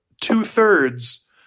two-thirds